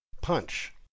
Punch